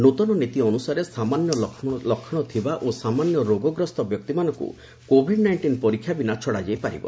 ନୂଆ ନୀତି ଅନୁସାରେ ସାମାନ୍ୟ ଲକ୍ଷଣ ଥିବା ଓ ସାମାନ୍ୟ ରୋଗଗ୍ରସ୍ତ ବ୍ୟକ୍ତିମାନଙ୍କୁ କୋଭିଡ୍ ନାଇଷ୍ଟିନ୍ ପରୀକ୍ଷା ବିନା ଛଡ଼ାଯାଇ ପାରିବ